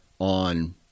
on